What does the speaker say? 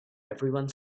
everyone